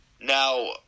Now